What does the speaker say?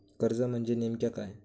कर्ज म्हणजे नेमक्या काय?